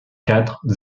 quatre